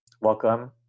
Welcome